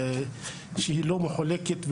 שהעיר לא מחולקת,